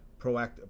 proactive